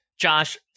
Josh